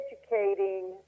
educating